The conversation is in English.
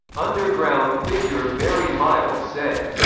underground figure barry miles said,